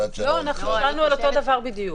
ואת שאלת --- אנחנו דיברנו על אותו דבר בדיוק.